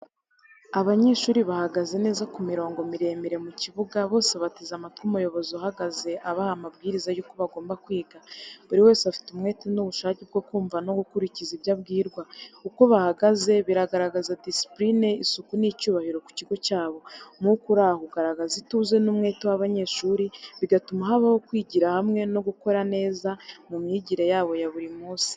Abanyeshuri bahagaze neza ku mirongo miremire mu kibuga, bose bateze amatwi umuyobozi ahagaze abaha amabwiriza y’uko bagomba kwiga. Buri wese afite umwete n’ubushake bwo kumva no gukurikiza ibyo abwirwa. Uko bahagaze, bigaragaza disipuline, isuku n’icyubahiro ku kigo cyabo. Umwuka uri aho ugaragaza ituze n’umwete w’abanyeshuri, bigatuma habaho kwigira hamwe no gukorana neza mu myigire yabo ya buri munsi.